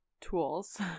tools